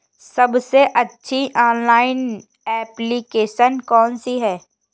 सबसे अच्छी online application कौन सी है?